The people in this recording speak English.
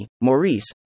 Maurice